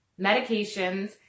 medications